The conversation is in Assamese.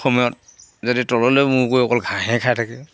সময়ত যদি তললৈ মূৰ কৰি অকল ঘাঁহে খাই থাকে